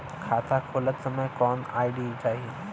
खाता खोलत समय कौन आई.डी चाही?